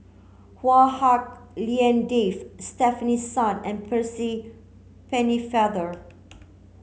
Chua Hak Lien Dave Stefanie Sun and Percy Pennefather